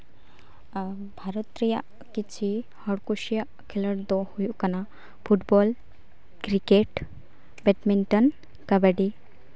ᱵᱷᱟᱨᱚᱛ ᱨᱮᱭᱟᱜ ᱠᱤᱪᱷᱤ ᱦᱚᱲ ᱠᱩᱥᱤᱭᱟᱜ ᱠᱷᱮᱞᱚᱸᱰ ᱫᱚ ᱦᱩᱭᱩᱜ ᱠᱟᱱᱟ ᱯᱷᱩᱴᱵᱚᱞ ᱠᱨᱤᱠᱮᱹᱴ ᱵᱮᱰᱢᱤᱱᱴᱚᱱ ᱠᱟᱵᱟᱰᱤ